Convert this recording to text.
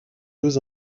deux